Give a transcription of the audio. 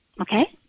okay